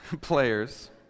players